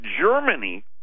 Germany